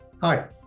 Hi